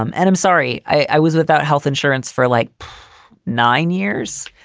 um and i'm sorry, i was without health insurance for like nine years,